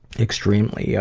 extremely, yeah